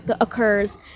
occurs